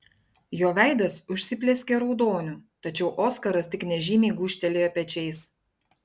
jo veidas užsiplieskė raudoniu tačiau oskaras tik nežymiai gūžtelėjo pečiais